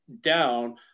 down